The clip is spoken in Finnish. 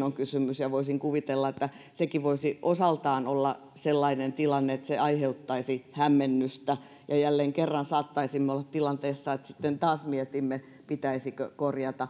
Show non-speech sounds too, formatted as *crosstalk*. *unintelligible* on kysymys ja voisin kuvitella että sekin voisi osaltaan olla sellainen tilanne että se aiheuttaisi hämmennystä ja jälleen kerran saattaisimme olla tilanteessa että sitten taas mietimme pitäisikö korjata